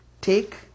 take